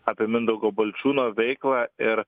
apie mindaugo balčiūno veiklą ir